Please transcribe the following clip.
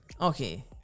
okay